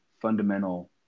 fundamental